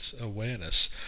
awareness